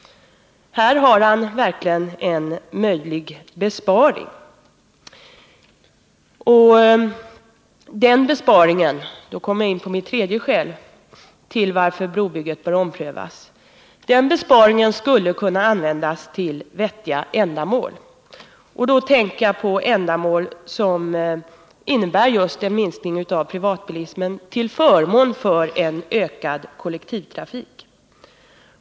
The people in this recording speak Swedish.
Här har han verkligen en möjlighet till besparing. Den besparingen — här kommer jag in på mitt tredje skäl till att beslutet om brobygget bör omprövas — skulle kunna användas till vettiga ändamål. Då tänker jag på ändamål som innebär en minskning av privatbilismen till förmån för en ökad kollektivtrafik.